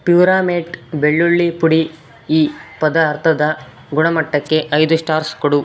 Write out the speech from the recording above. ಪ್ಯೂರಾಮೇಟ್ ಬೆಳ್ಳುಳ್ಳಿ ಪುಡಿ ಈ ಪದಾರ್ಥದ ಗುಣಮಟ್ಟಕ್ಕೆ ಐದು ಸ್ಟಾರ್ಸ್ ಕೊಡು